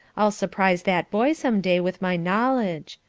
i'll surprise that boy some day with my knowledge.